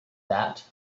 that